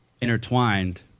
intertwined